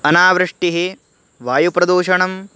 अनावृष्टिः वायुप्रदूषणं